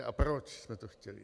A proč jsme to chtěli?